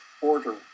order